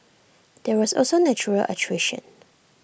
there was also natural attrition